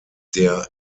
der